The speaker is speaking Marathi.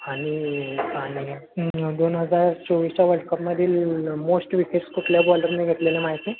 आणि आणि दोन हजार चोवीसच्या वर्ल्डकपमधील मोस्ट विकेस कुठल्या बॉलरनी घेतलेल्या माहिती